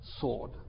sword